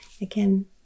Again